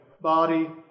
body